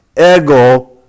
Ego